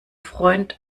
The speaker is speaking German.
freund